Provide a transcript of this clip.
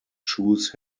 choose